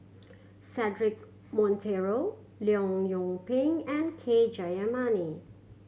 Cedric Monteiro Leong Yoon Pin and K Jayamani